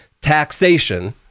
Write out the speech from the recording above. taxation